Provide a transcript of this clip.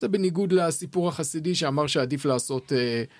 זה בניגוד לסיפור החסידי שאמר שעדיף לעשות...